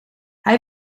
hij